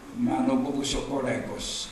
mano buvusio kolegos